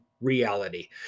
reality